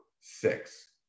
Six